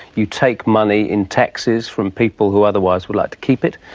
you take money in taxes from people who otherwise would like to keep it,